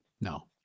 No